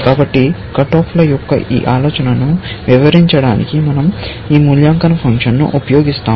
కాబట్టి కట్ఆఫ్ల యొక్క ఈ ఆలోచనను వివరించడానికి మనం ఈ మూల్యాంకన ఫంక్షన్ను ఉపయోగిస్తాము